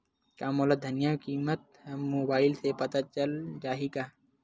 का मोला धनिया किमत ह मुबाइल से पता चल जाही का?